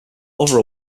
other